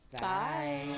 Bye